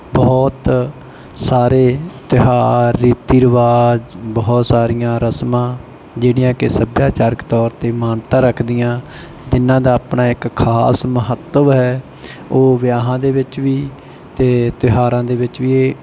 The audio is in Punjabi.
ਬਹੁਤ ਸਾਰੇ ਤਿਉਹਾਰ ਰੀਤੀ ਰਿਵਾਜ਼ ਬਹੁਤ ਸਾਰੀਆਂ ਰਸਮਾਂ ਜਿਹੜੀਆਂ ਕਿ ਸੱਭਿਆਚਾਰਕ ਤੌਰ 'ਤੇ ਮਾਨਤਾ ਰੱਖਦੀਆਂ ਜਿਹਨਾਂ ਦਾ ਆਪਣਾ ਇੱਕ ਖਾਸ ਮਹੱਤਵ ਹੈ ਉਹ ਵਿਆਹਾਂ ਦੇ ਵਿੱਚ ਵੀ ਅਤੇ ਤਿਉਹਾਰਾਂ ਦੇ ਵਿੱਚ ਵੀ